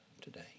today